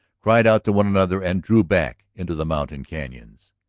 cried out to one another and drew back into the mountain canons.